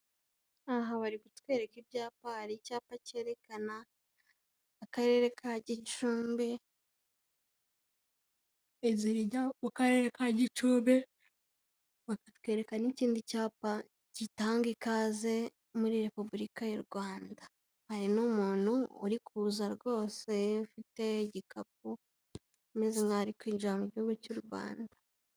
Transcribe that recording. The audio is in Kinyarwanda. Aha bari kutwereka ibyapa hari icyapa cyerekana akarere ka Gicumbi inzira ijya mu karere ka Gicumbi bakatwereka n'ikindi cyapa gitanga ikaze muri repubulika y'u Rwanda hari n'umuntu uri kuza rwose ufite igikapu umeze nk'aho ari kwinjira mu gihugu cy'u Rwanda.